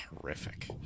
horrific